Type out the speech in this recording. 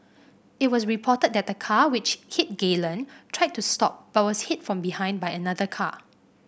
it was reported that the car which hit Galen tried to stop but was hit from behind by another car